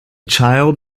child